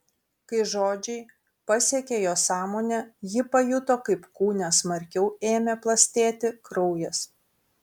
kai žodžiai pasiekė jos sąmonę ji pajuto kaip kūne smarkiau ėmė plastėti kraujas